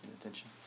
attention